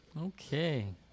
Okay